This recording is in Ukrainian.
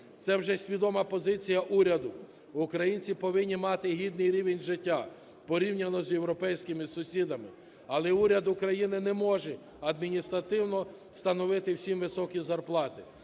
Це вже свідома позиція уряду: українці повинні мати гідний рівень життя порівняно з європейськими сусідами. Але уряд України не може адміністративно встановити всім високі зарплати,